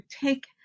take